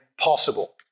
possible